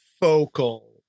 focal